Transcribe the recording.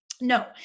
No